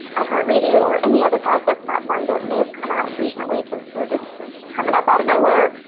i heart radio or any other podcast platform that may have come out recently because they're just coming up out of nowhere,